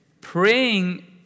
praying